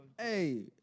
Hey